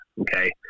Okay